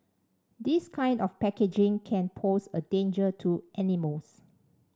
this kind of packaging can pose a danger to animals